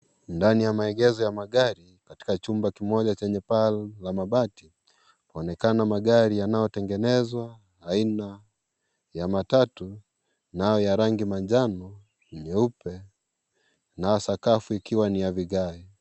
Ndani ya maegesho ya magari, katika chumba kimoja chenye paa la mabati. Panaonekana magari yanayotengenezwa aina ya matatu, kunayo ya rangi ya manjano, meupe. Na sakafu ikiwa ni ya vigae.